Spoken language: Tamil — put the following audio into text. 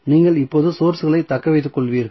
நீங்கள் இப்போது சோர்ஸ்களைத் தக்க வைத்துக் கொள்வீர்கள்